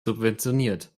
subventioniert